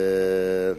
אומרת: